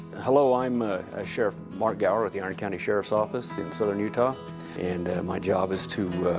hello i am ah ah sheriff mark gower with the iron county sheriff's office in southern utah and my job is to